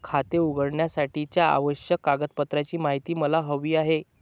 खाते उघडण्यासाठीच्या आवश्यक कागदपत्रांची माहिती मला हवी आहे